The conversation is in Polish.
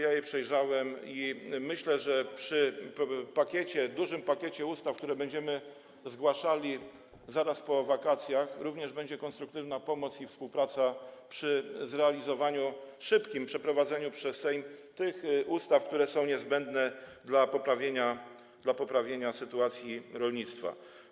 Ja je przejrzałem i myślę, że przy pakiecie, dużym pakiecie ustaw, które będziemy zgłaszali zaraz po wakacjach, również będzie konstruktywna pomoc i współpraca przy zrealizowaniu, szybkim przeprowadzeniu przez Sejm tych ustaw, które są niezbędne dla poprawienia sytuacji w rolnictwie.